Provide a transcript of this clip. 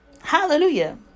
Hallelujah